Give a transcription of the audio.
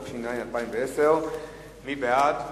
התש"ע 2010. מי בעד?